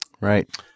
right